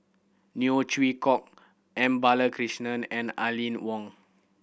Neo Chwee Kok M Balakrishnan and Aline Wong